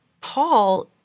Paul